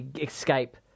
escape